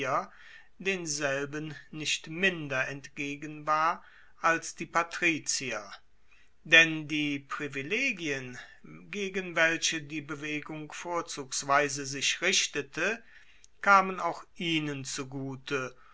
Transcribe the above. denselben nicht minder entgegen war als die patrizier denn die privilegien gegen welche die bewegung vorzugsweise sich richtete kamen auch ihnen zugute